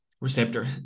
receptor